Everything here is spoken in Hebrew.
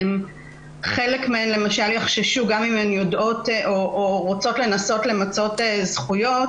גם אם הן רוצות לנסות למצות זכויות,